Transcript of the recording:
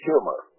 Humor